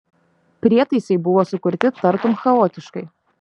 prietaisai buvo sukurti tartum chaotiškai